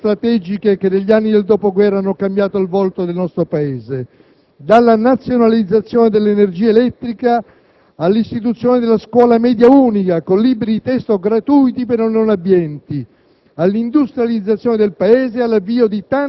Fanfani ha vissuto da protagonista le scelte strategiche che negli anni del dopoguerrra hanno cambiato il volto del nostro Paese: dalla nazionalizzazione dell'energia elettrica all'istituzione della scuola media unica, con libri di testo gratuiti per i non abbienti,